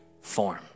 form